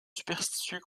superstitieux